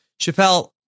Chappelle